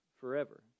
forever